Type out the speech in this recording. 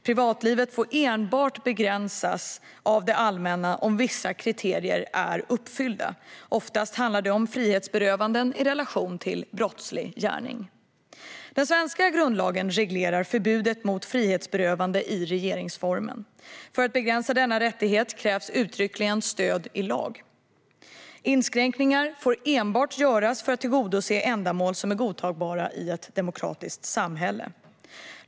Privatlivet får enbart begränsas av det allmänna om vissa kriterier är uppfyllda. Oftast handlar det om frihetsberövanden i relation till brottslig gärning. Den svenska grundlagen reglerar förbudet mot frihetsberövande i regeringsformen. För att begränsa denna rättighet krävs uttryckligen stöd i lag. Inskränkningar får enbart göras för att tillgodose ändamål som är godtagbara i ett demokratiskt samhälle.